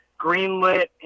greenlit